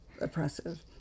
oppressive